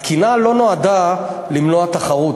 התקינה לא נועדה למנוע תחרות.